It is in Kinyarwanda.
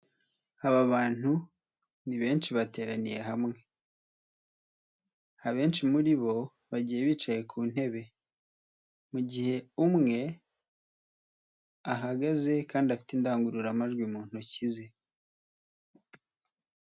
Aba bantu ni benshi bateraniye hamwe. Abenshi muri bo bagiye bicaye ku ntebe, mu gihe umwe ahagaze kandi afite indangururamajwi mu ntoki ze.